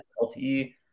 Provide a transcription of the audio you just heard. LTE